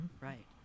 right